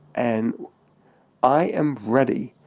and i am ready,